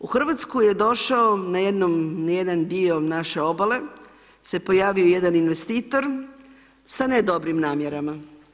U Hrvatsku je došao, na jedan dio naše obale, se je pojavio jedan investitor sa ne dobrim namjerama.